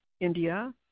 India